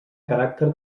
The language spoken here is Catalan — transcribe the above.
caràcter